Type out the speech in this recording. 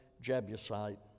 Jebusite